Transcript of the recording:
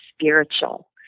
spiritual